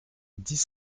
dix